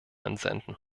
entsenden